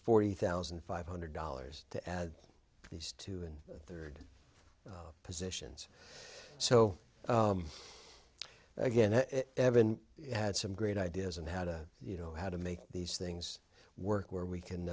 forty thousand five hundred dollars to add these two and a third positions so again evan had some great ideas and how to you know how to make these things work where we can